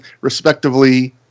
respectively